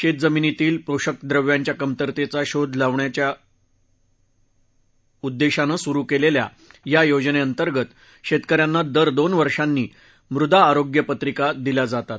शेत जमिनीतील पोषक द्रव्यांच्या कमतरतेचा शोध घेण्याच्या उद्देशानं सुरु केलेल्या या योजनेअंतर्गत शेतकऱ्यांना दर दोन वर्षांनी मृदा आरोग्य पत्रिका दिल्या जातात